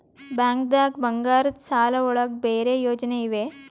ಬ್ಯಾಂಕ್ದಾಗ ಬಂಗಾರದ್ ಸಾಲದ್ ಒಳಗ್ ಬೇರೆ ಯೋಜನೆ ಇವೆ?